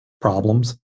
problems